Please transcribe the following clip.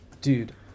dude